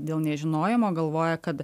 dėl nežinojimo galvoja kad